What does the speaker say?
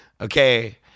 Okay